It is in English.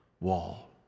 wall